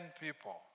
people